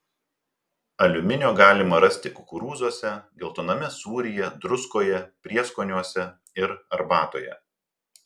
aliuminio galima rasti kukurūzuose geltoname sūryje druskoje prieskoniuose ir arbatoje